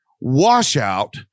washout